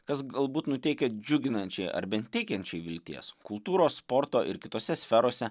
kas galbūt nuteikia džiuginančiai ar bent teikiančiai vilties kultūros sporto ir kitose sferose